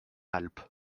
alpes